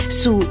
su